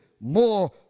more